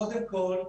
קודם כול,